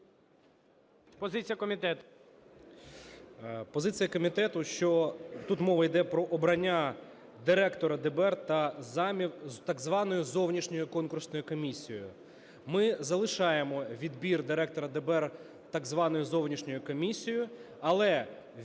Позиція комітету, що… Тут мова йде про обрання директора ДБР та замів так званою зовнішньою конкурсною комісією. Ми залишаємо відбір директора ДБР так званою зовнішньою комісією. Але відбір